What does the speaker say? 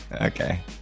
okay